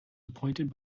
appointed